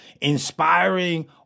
Inspiring